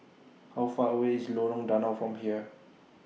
How Far away IS Lorong Danau from here